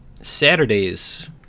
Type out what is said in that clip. Saturdays